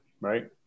Right